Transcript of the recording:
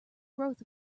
growth